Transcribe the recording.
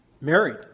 married